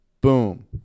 Boom